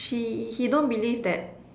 she he don't believe that